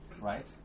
right